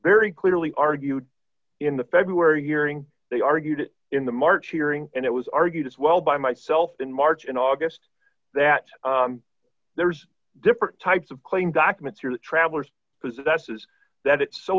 very clearly argued in the february hearing they argued in the march hearing and it was argued as well by myself in march in august that there's different types of claim documents or travelers possesses that it's so